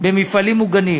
במפעלים מוגנים.